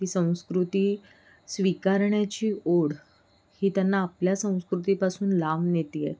ती संस्कृती स्वीकारण्याची ओढ ही त्यांना आपल्या संस्कृतीपासून लांब नेती आहे